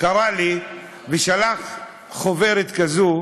קרא לי ושלח חוברת כזאת,